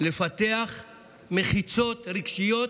לפתח מחיצות רגשיות,